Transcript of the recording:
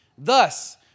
Thus